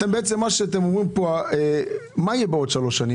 אתם אומרים: מה יהיה עוד שלוש שנים?